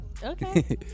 Okay